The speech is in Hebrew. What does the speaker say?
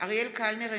אריאל קלנר,